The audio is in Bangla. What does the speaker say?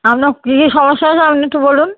আপনার কী কী সমস্যা হযেছে আপনি একটু বলুন